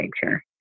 picture